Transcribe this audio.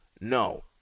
No